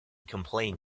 complain